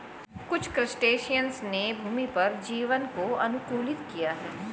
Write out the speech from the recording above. कुछ क्रस्टेशियंस ने भूमि पर जीवन को अनुकूलित किया है